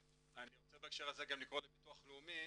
אני רוצה בהקשר הזה גם לקרוא לביטוח הלאומי